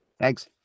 Thanks